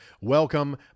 Welcome